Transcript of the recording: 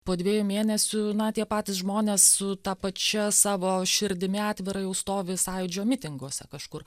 po dviejų mėnesių na tie patys žmonės su ta pačia savo širdimi atvira jau stovi sąjūdžio mitinguose kažkur